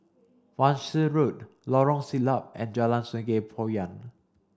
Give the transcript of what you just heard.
Wan Shih Road Lorong Siglap and Jalan Sungei Poyan